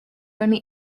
only